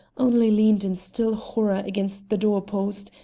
only leaned in still horror against the door-post,